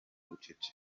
bucece